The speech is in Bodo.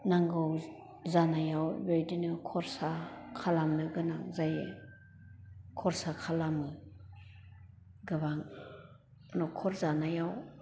नांगौ जानायाव बिदिनो खरसा खालामनो गोनां जायो खरसा खालामो गोबां नखर जानायाव